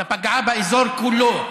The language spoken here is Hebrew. אלא פגעה באזור כולו,